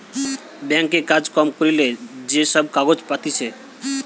bank এ কাজ কম করিলে যে সব কাগজ পাতিছে